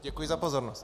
Děkuji za pozornost.